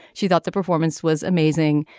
she thought the performance was amazing.